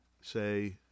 say